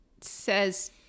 says